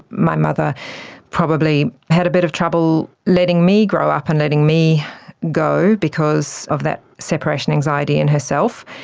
my mother probably had a bit of trouble letting me grow up and letting me go because of that separation anxiety in herself,